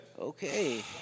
Okay